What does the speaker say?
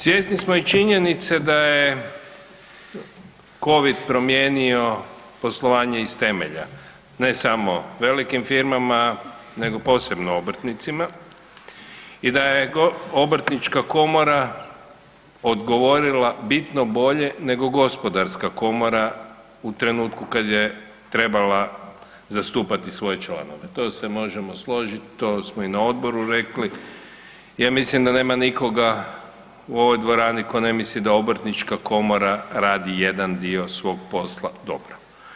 Svjesni smo i činjenice da je Covid promijenio poslovanje iz temelja, ne samo velikim firmama nego posebno obrtnicima i da je Obrtnička komora odgovorila bitno bolje nego Gospodarska komora u trenutku kad je trebala zastupati svoje članove, to se možemo složiti, to smo i na odboru rekli, ja mislim da nema nikoga u ovoj dvorani koji ne misli da Obrtnička komora radi jedan dio svog posla dobro.